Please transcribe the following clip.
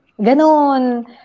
ganon